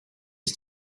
his